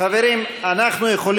אני גם מבקש.